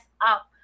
up